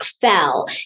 fell